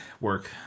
work